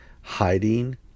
hiding